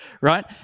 Right